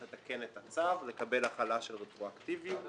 לתקן אותו ולקבל החלה של רטרואקטיביות.